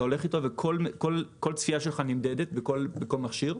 אתה הולך איתו וכל צפייה שלך נמדדת בכל מכשיר.